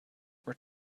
were